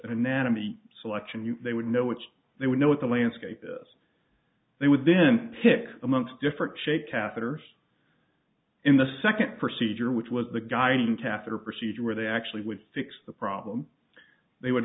anatomy selection they would know which they would know what the landscape as they would then pick a month different shape catheters in the second procedure which was the guiding catheter procedure where they actually would fix the problem they would